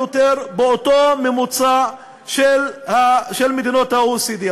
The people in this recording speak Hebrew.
יותר באותו ממוצע של מדינות ה-OECD.